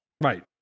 Right